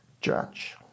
judge